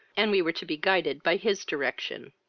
and we were to be guided by his direction.